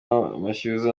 amashyuza